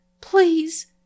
Please